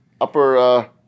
upper